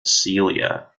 cilia